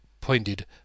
pointed